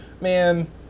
Man